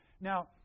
Now